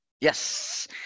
Yes